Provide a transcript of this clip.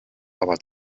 aber